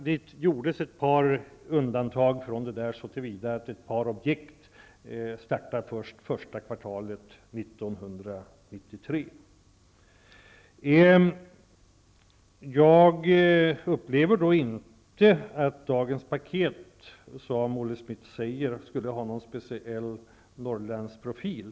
Det gjordes ett par undantag så till vida att ett par objekt startar först under det första kvartalet 1993. Jag upplever inte att dagens paket, som Olle Schmidt säger, skulle ha någon speciell Norrlandsprofil.